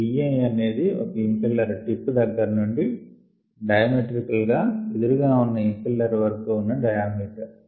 D i అనేది ఒకఇంపెల్లర్ tip దగ్గర నుంచి డయామెట్రికల్ గా ఎదురుగా ఉన్న ఇంపెల్లర్ వరకు ఉన్న డయామీటర్